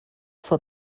for